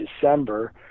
December